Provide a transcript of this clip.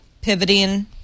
pivoting